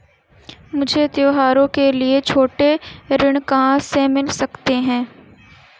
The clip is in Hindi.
मुझे त्योहारों के लिए छोटे ऋण कहां से मिल सकते हैं?